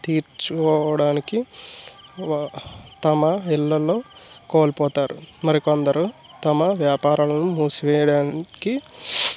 తీర్చుకోవడానికి వాల్ తమ ఇళ్ళలో కోల్పోతారు మరికొందరు తమ వ్యాపారాలను మూసివేయడానికి